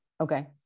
Okay